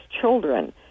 children